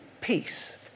Peace